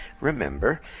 remember